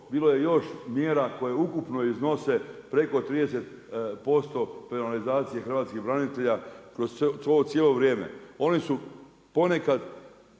bilo je još mjera koje ukupno iznose preko 30% penalizacije hrvatskih branitelja kroz to cijelo vrijeme. Oni su ponekad